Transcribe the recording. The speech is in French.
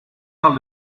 parle